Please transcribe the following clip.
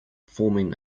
forming